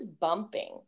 bumping